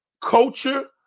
culture